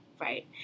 Right